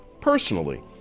Personally